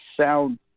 sound